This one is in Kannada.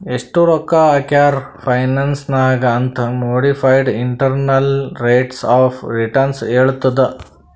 ಎಸ್ಟ್ ರೊಕ್ಕಾ ಹಾಕ್ಯಾರ್ ಫೈನಾನ್ಸ್ ನಾಗ್ ಅಂತ್ modified internal rates of return ಹೇಳತ್ತುದ್